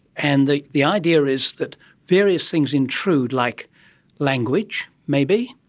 and the the idea is that various things intrude like language maybe,